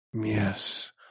Yes